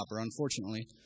unfortunately